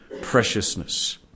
preciousness